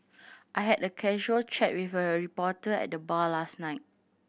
I had a casual chat with a reporter at the bar last night